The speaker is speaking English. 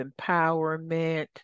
empowerment